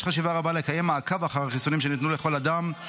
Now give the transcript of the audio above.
יש חשיבות רבה לקיים מעקב אחר החיסונים שניתנו לכל אדם.